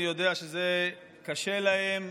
אני יודע שזה קשה להם,